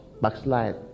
backslide